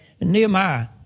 Nehemiah